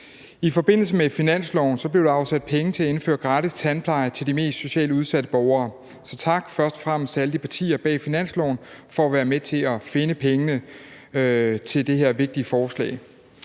I forbindelse med finansloven blev der afsat penge til at indføre gratis tandpleje til de mest socialt udsatte borgere, så tak først og fremmest til alle partier bag finansloven for at være med til at finde pengene til det her vigtige forslag.